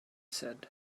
said